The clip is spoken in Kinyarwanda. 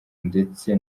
ndetse